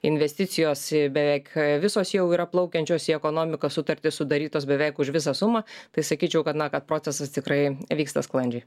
investicijos beveik visos jau yra plaukiančios į ekonomiką sutartys sudarytos beveik už visą sumą tai sakyčiau kad na kad procesas tikrai vyksta sklandžiai